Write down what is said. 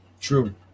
True